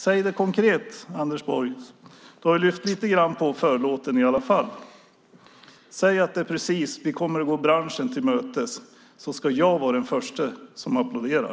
Säg konkret, Anders Borg - du har ju lyft lite grann på förlåten i alla fall - att ni kommer att gå branschen till mötes, så ska jag vara den förste som applåderar.